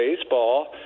baseball